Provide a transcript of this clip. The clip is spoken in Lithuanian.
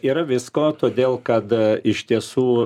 yra visko todėl kada iš tiesų